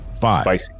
five